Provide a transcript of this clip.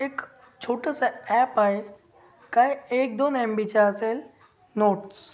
एक छोटंसं ॲप आहे काय एकदोन एमबीच्या असेल नोट्स